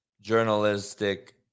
journalistic